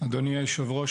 אדוני היושב-ראש,